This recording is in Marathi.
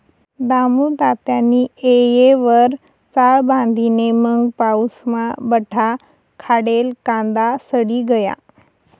दामुतात्यानी येयवर चाळ बांधी नै मंग पाऊसमा बठा खांडेल कांदा सडी गया